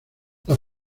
las